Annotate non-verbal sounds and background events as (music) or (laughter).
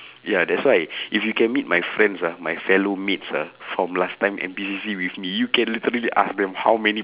(breath) ya that's why if you can meet my friends ah my fellow mates ah from last time N_P_C_C with me you can literally ask them how many